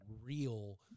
real